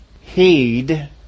heed